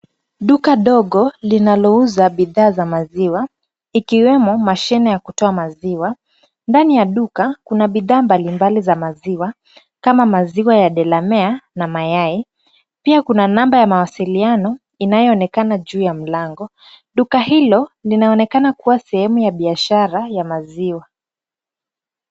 Duka dogo linalouza bidhaa za maziwa ikiwemo mashine ya kutoa maziwa. Ndani ya duka kuna bidhaa mbalimbali za maziwa kama maziwa yaDelamere na mayai, pia kuna namba ya mawasiliano inayoonekana juu ya mlango. Duka hilo linaonekana kuwa sehemu ya biashara ya maziwa.